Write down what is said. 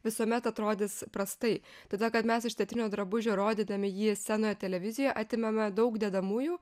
visuomet atrodys prastai todėl kad mes iš teatrinio drabužio rodydami jį scenoje televizijo atimame daug dedamųjų